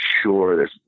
sure